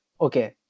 okay